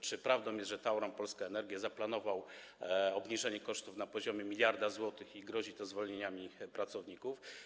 Czy prawdą jest, że Tauron Polska Energia zaplanował obniżenie kosztów na poziomie 1 mld zł i grozi to zwolnieniami pracowników?